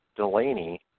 Delaney